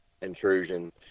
intrusion